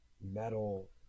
metal